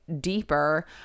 deeper